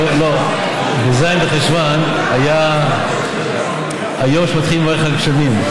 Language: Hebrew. בז' בחשוון היה היום שמתחילים לברך על גשמים,